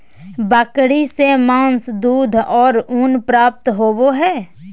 बकरी से मांस, दूध और ऊन प्राप्त होबय हइ